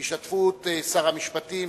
בהשתתפות שר המשפטים,